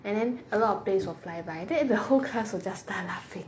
and then a lot of planes will fly by than the whole class will start laughing